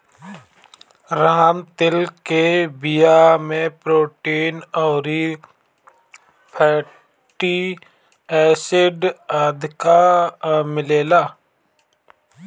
राम तिल के बिया में प्रोटीन अउरी फैटी एसिड अधिका मिलेला